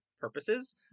purposes